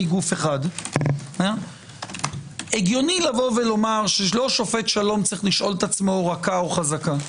גוף הגיוני לומר שלא שופט שלום צריך לשאול עצמו רכה או חזקה.